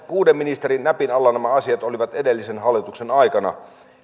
kuuden ministerin näpin alla nämä asiat olivat edellisen hallituksen aikana ja